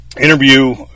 interview